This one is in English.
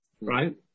right